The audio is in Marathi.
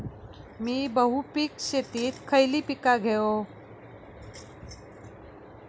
मी बहुपिक शेतीत खयली पीका घेव?